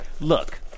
look